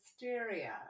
hysteria